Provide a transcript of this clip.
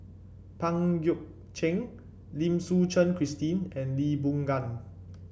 Pang Guek Cheng Lim Suchen Christine and Lee Boon Ngan